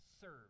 serve